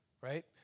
right